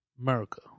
America